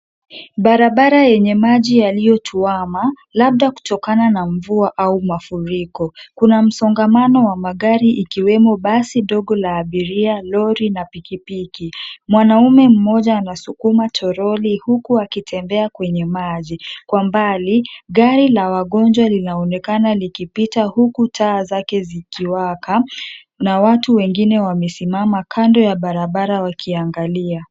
Barabara yenye maji yaliyotuama, labda kutokana na mvua au mafuriko. Kuna msongamano wa magari ikiwemo basi dogo la abiria, lori na pikipiki. Mwanaume mmoja anasukuma toroli huku akitembea kwenye maji. Kwa mbali, gari la wagonjwa linaonekana likipita huku taa zake zikiwaka na watu wengine wamesimama kando ya barabara wakiangalia.